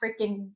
freaking